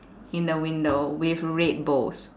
in the window with red bows